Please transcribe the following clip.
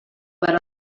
per